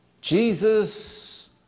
Jesus